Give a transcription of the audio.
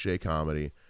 comedy